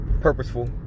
purposeful